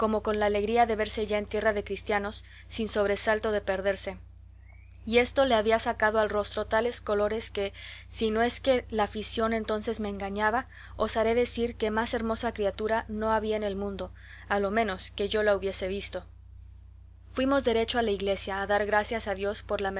con la alegría de verse ya en tierra de cristianos sin sobresalto de perderse y esto le había sacado al rostro tales colores que si no es que la afición entonces me engañaba osaré decir que más hermosa criatura no había en el mundo a lo menos que yo la hubiese visto fuimos derechos a la iglesia a dar gracias a dios por la